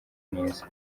neza